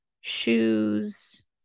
shoes